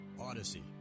Odyssey